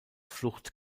flucht